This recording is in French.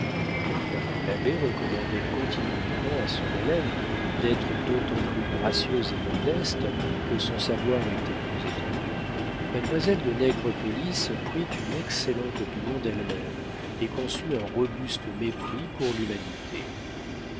quoique l'abbé recommandât continuellement à son élève d'être d'autant plus gracieuse et modeste que son savoir était plus étendu mademoiselle de nègrepelisse prit une excellente opinion d'elle-même et conçut un robuste mépris pour l'humanité